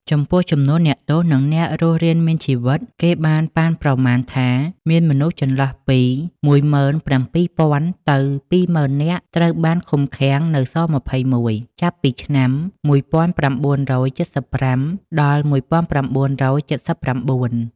ចំពោះចំនួនអ្នកទោស និងអ្នករស់រានមានជីវិត គេបានប៉ាន់ប្រមាណថាមានមនុស្ស ចន្លោះពី ១៧,០០០ ទៅ ២០,០០០ នាក់ត្រូវបានឃុំឃាំងនៅ ស-២១ ចាប់ពីឆ្នាំ១៩៧៥ ដល់ ១៩៧៩។